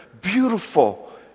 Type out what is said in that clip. beautiful